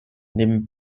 neben